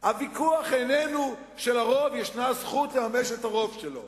הוויכוח איננו שלרוב יש זכות לממש את הרוב שלו.